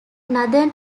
northern